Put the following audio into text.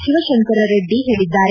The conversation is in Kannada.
ಶಿವಶಂಕರರೆಡ್ಡಿ ಹೇಳಿದ್ದಾರೆ